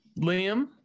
liam